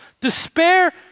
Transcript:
despair